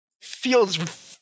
feels